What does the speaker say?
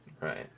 Right